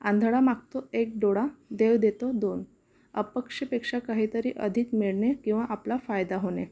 आंधळा मागतो एक डोळा देव देतो दोन अपेक्षेपेक्षा काहीतरी अधिक मिळणे किंवा आपला फायदा होणे